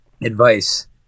advice